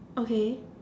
okay